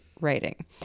writing